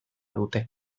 dute